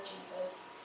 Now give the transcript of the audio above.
Jesus